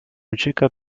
ucieka